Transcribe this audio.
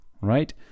right